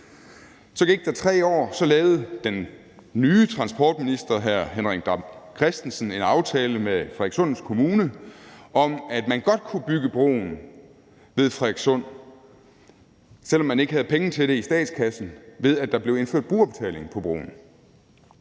Så gik der 3 år, og så lavede den nye transportminister, hr. Henrik Dam Kristensen, en aftale med Frederikssund Kommune om, at man godt kunne bygge broen ved Frederikssund, selv om man ikke havde penge til det i statskassen, ved at der blev indført brugerbetaling på broen.